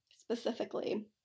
specifically